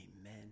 Amen